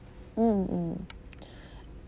mm mm